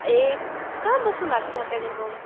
ए कहाँ बस्नुभएको छ कालिम्पोङ